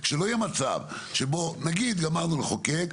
שלא יהיה מצב שבו נגיד וגמרנו לחוקק.